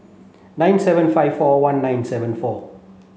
nine seven five four one nine seven four